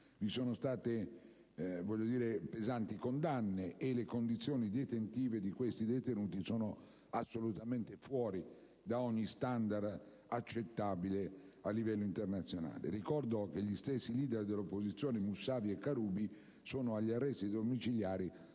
vi sono state pesanti condanne e che le condizioni detentive di questi detenuti sono assolutamente fuori da ogni *standard* accettabile a livello internazionale. Ricordo, altresì, che gli stessi *leader* dell'opposizione, Moussavi e Karroubi, sono agli arresti domiciliari